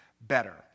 better